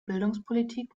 bildungspolitik